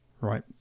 right